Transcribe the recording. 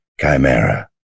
Chimera